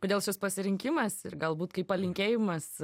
kodėl šis pasirinkimas ir galbūt kaip palinkėjimas